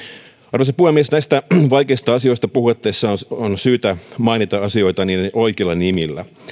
arvoisa puhemies näistä vaikeista asioista puhuttaessa on syytä mainita asioita niiden oikeilla nimillä